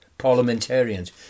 parliamentarians